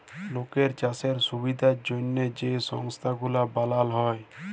লকের চাষের সুবিধার জ্যনহে যে সংস্থা গুলা বালাল হ্যয়